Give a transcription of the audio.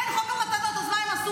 אין חוק המתנות, אז מה הם עשו?